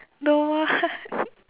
don't want